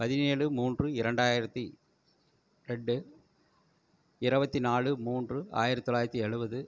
பதினேழு மூன்று இரண்டாயிரத்தி ரெண்டு இருவத்தி நாலு மூன்று ஆயிரத்தி தொள்ளாயிரத்தி எழுபது